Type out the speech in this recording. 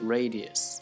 Radius